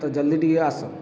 ତ ଜଲ୍ଦି ଟିକେ ଆସ